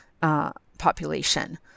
population